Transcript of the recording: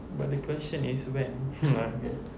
but the question is when no lah kidding